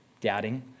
Doubting